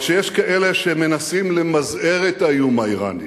אבל כשיש כאלה שמנסים למזער את האיום האירני